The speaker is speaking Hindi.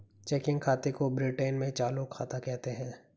चेकिंग खाते को ब्रिटैन में चालू खाता कहते हैं